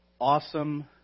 awesome